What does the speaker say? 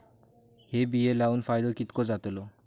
हे बिये लाऊन फायदो कितको जातलो?